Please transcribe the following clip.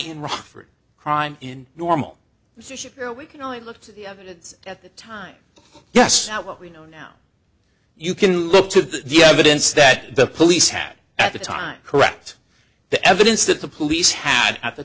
in rockford crime in normal position where we can only looked at the time yes what we know now you can look to the evidence that the police had at the time correct the evidence that the police had at the